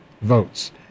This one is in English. votes